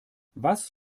was